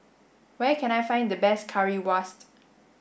where can I find the best Currywurst